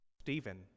Stephen